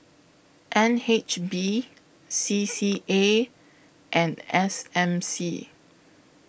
N H B C C A and S M C